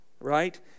right